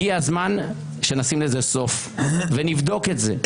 הגיע הזמן שנשים לזה סוף ונבדוק את זה.